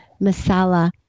Masala